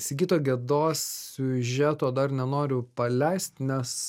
sigito gedos siužeto dar nenoriu paleist nes